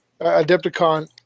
Adepticon